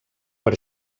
per